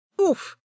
Oof